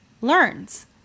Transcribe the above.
learns